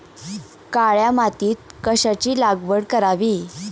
काळ्या मातीत कशाची लागवड करावी?